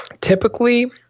Typically